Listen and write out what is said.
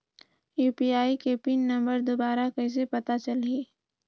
UPI के pin number दुबारा कइसे पता चलही?